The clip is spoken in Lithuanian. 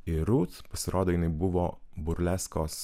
irut pasirodo jinai buvo burleskos